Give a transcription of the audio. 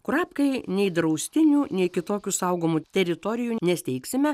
kurapkai nei draustinių nei kitokių saugomų teritorijų nesteigsime